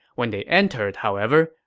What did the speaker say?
when they entered, however,